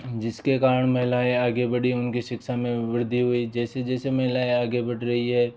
जिसके कारण महिलाएं आगे बढ़ी उनकी शिक्षा में वृद्धि हुई जैसे जैसे महिलाएं आगे बढ़ रही हैं